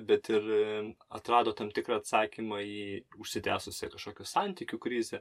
bet ir atrado tam tikrą atsakymą į užsitęsusią kažkokią santykių krizę